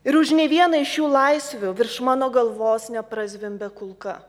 ir už ne vienai iš šių laisvių virš mano galvos ne prazvimbė kulka